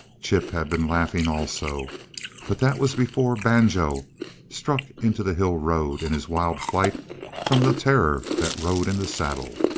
chip had been laughing also but that was before banjo struck into the hill road in his wild flight from the terror that rode in the saddle.